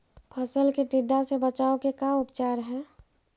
फ़सल के टिड्डा से बचाव के का उपचार है?